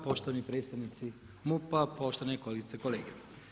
poštovani predstavnici MUP-a, poštovane kolegice i kolege.